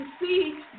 see